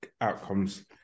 outcomes